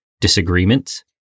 disagreements